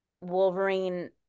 Wolverine